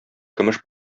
көмеш